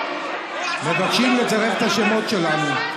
מבקשים לצרף את השמות שלנו.